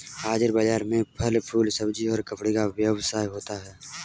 हाजिर बाजार में फल फूल सब्जी और कपड़े का व्यवसाय होता है